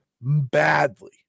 Badly